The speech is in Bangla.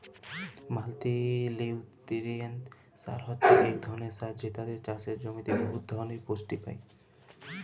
মাল্টিলিউটিরিয়েল্ট সার হছে ইক ধরলের সার যেটতে চাষের জমিতে বহুত ধরলের পুষ্টি পায়